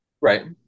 Right